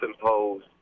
imposed